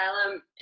asylum